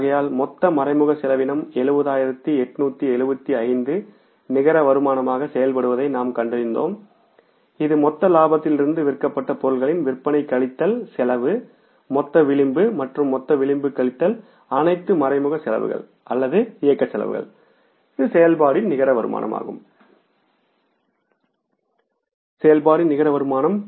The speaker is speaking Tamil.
ஆகையால் மொத்த மறைமுக செலவினம் 70875 நிகர வருமானமாக செயல்படுவதை நாம் கண்டறிந்தோம் இது மொத்த லாபத்திலிருந்து விற்கப்பட்ட பொருட்களின் விற்பனை கழித்தல் செலவு மொத்த விளிம்பு மற்றும் மொத்த விளிம்பு கழித்தல் அனைத்து மறைமுக செலவுகள் அல்லது ஆப்ரேட்டிங் காஸ்ட் செயல்பாடுகளின் நிகர வருமானம்